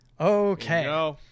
Okay